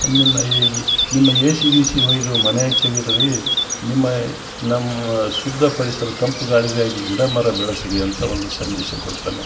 ನಿಮ್ಮ ಏ ನಿಮ್ಮಎ ಸಿ ಗೀಸಿ ಒಯ್ದು ಮನೆ ಆಚಿಗೆ ಇಡ್ರೀ ನಿಮ್ಮ ನಮ್ಮ ಶುದ್ಧ ಪರಿಸರ ತಂಪು ಗಾಳಿಗಾಗಿ ಗಿಡ ಮರ ಬೆಳೆಸಿರಿ ಅಂತ ಒಂದು ಸಂದೇಶ ಕೊಡ್ತಾನೆ